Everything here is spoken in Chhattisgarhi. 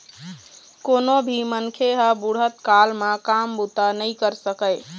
कोनो भी मनखे ह बुढ़त काल म काम बूता नइ कर सकय